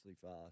fast